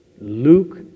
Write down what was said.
Luke